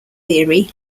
theory